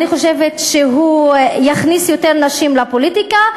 אני חושבת שהוא יכניס יותר נשים לפוליטיקה,